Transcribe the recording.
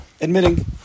admitting